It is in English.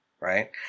right